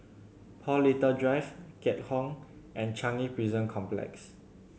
Paul Little Drive Keat Hong and Changi Prison Complex